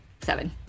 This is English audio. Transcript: seven